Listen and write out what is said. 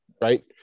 right